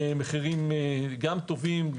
ומחירים גם טובים,